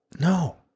no